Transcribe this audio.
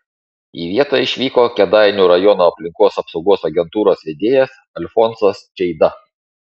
į vietą išvyko kėdainių rajono aplinkos apsaugos agentūros vedėjas alfonsas čeida